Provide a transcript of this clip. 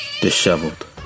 disheveled